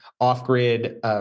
off-grid